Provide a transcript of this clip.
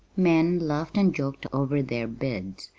men laughed and joked over their bids,